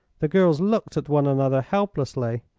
the girls looked at one another helplessly.